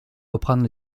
reprendre